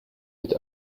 mit